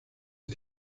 ich